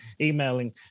emailing